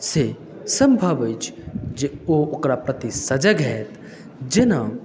से सम्भव अछि जे ओ ओकरा प्रति सजग हैत जेना